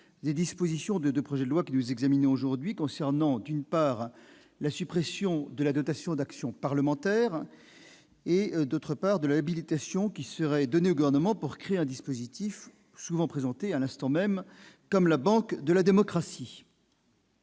des dispositions des deux projets de loi que nous examinons aujourd'hui concernant, d'une part, la suppression de la dotation d'action parlementaire, et, d'autre part, l'habilitation qui serait donnée au Gouvernement pour créer un dispositif souvent présenté comme la « banque de la démocratie